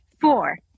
four